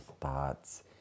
thoughts